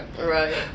Right